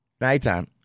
Nighttime